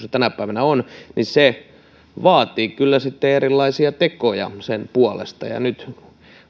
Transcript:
tänä päivänä on niin se vaatii kyllä sitten erilaisia tekoja sen puolesta ja nyt